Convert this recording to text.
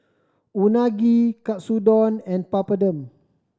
Unagi Katsudon and Papadum